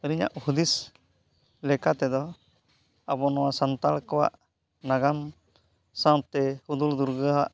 ᱟᱹᱞᱤᱧᱟᱜ ᱦᱩᱫᱤᱥ ᱞᱮᱠᱟ ᱛᱮᱫᱚ ᱟᱵᱚ ᱱᱚᱣᱟ ᱥᱟᱱᱛᱟᱲ ᱠᱚᱣᱟᱜ ᱱᱟᱜᱟᱢ ᱥᱟᱶᱛᱮ ᱦᱩᱫᱩᱲ ᱫᱩᱨᱜᱟᱹ ᱟᱜ